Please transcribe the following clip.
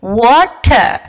water